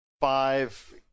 five